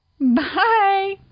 Bye